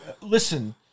listen